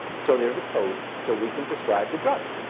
so there's a code, so we can prescribe the drug.